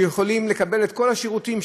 יכולים לקבל את כל השירותים.